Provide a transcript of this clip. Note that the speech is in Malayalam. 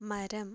മരം